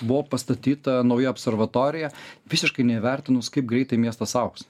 buvo pastatyta nauja observatorija visiškai neįvertinus kaip greitai miestas augs